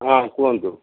ହଁ କୁହନ୍ତୁ